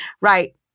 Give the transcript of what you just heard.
Right